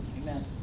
Amen